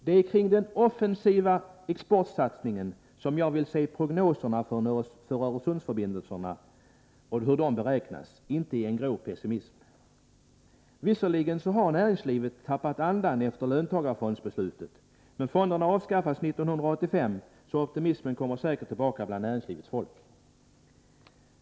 Det är kring den offensiva exportsatsningen som jag vill se prognoserna för Öresundsförbindelserna och hur de beräknas, inte i en grå pessimism. Visserligen har näringslivet tappat andan efter löntagarfondsbeslutet, men fonderna kommer att avskaffas 1985, så optimismen kommer säkert tillbaka bland näringslivets folk.